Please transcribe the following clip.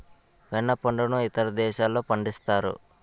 వెన్న పండును ఇతర దేశాల్లో పండిస్తారు